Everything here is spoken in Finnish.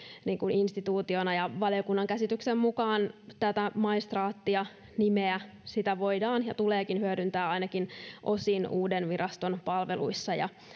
instituutiona valiokunnan käsityksen mukaan tätä maistraatti nimeä voidaan ja tuleekin hyödyntää ainakin osin uuden viraston palveluissa ja